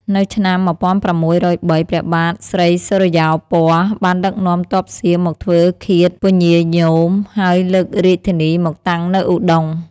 នៅឆ្នាំ ១៦០៣ ព្រះបាទស្រីសុរិយោពណ៌បានដឹកនាំទ័ពសៀមមកធ្វើឃាតពញាញោម ហើយលើករាជធានីមកតាំងនៅឧដុង្គ។